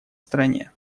стране